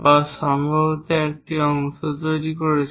বা সম্ভবত একটি অংশ তৈরি করছেন